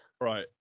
right